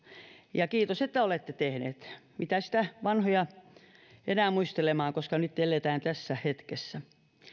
ja kiitos että olette tämän tehneet mitä sitä vanhoja enää muistelemaan koska nyt eletään tässä hetkessä